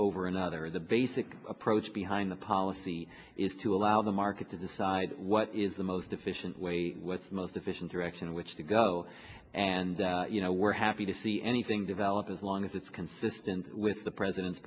over another the basic approach behind the policy is to allow the market to decide what is the most efficient way with the most efficient direction in which to go and you know we're happy to see anything develop as long as it's consistent with the president's